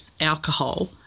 alcohol